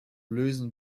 lösen